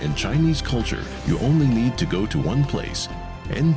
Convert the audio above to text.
in chinese culture you only need to go to one place and